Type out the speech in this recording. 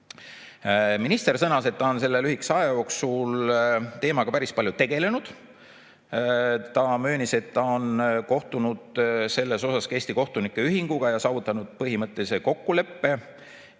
Minister sõnas, et ta on selle lühikese aja jooksul teemaga päris palju tegelenud. Ta möönis, et ta on kohtunud sellel teemal ka Eesti Kohtunike Ühinguga ja saavutanud põhimõttelise kokkuleppe,